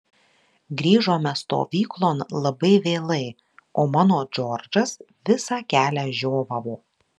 grįžome stovyklon labai vėlai o mano džordžas visą kelią žiovavo